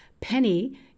Penny